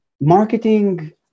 Marketing